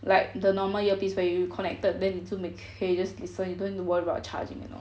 like the normal earpiece where you connected then 你就 m~ 可以 just listen you don't need to worry about charging you know